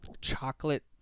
Chocolate